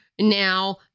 now